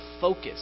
focus